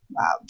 Wow